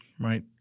right